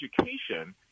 education